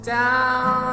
down